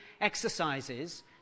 exercises